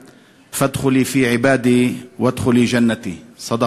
שובי אל ריבונך שבעת רצון ומפיקת רצון.